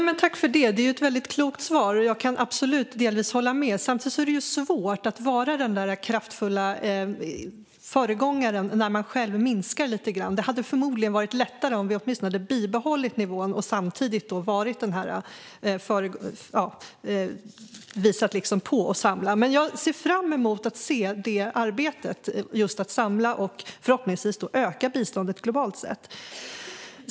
Fru talman! Jag tackar för ett klokt svar. Jag kan absolut hålla med, delvis. Samtidigt är det svårt att vara den kraftfulla föregångaren när man själv minskar lite grann. Det hade förmodligen varit lättare att visa och samla om vi åtminstone hade bibehållit nivån. Men jag ser fram emot att se arbetet med att just samla och förhoppningsvis öka biståndet globalt sett.